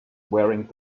wearing